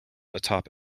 atop